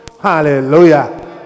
Hallelujah